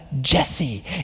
Jesse